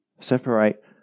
separate